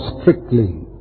strictly